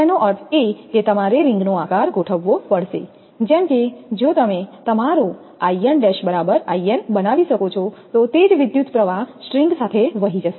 તેનો અર્થ એ કે તમારે રિંગનો આકાર ગોઠવવો પડશે જેમ કે જો તમે તમારો 𝐼𝑛′ બરાબર 𝐼𝑛 બનાવી શકો છે તો તે જ વિદ્યુતપ્રવાહ સ્ટ્રિંગ સાથે વહી જશે